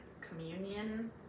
communion